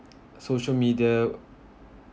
social media